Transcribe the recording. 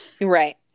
Right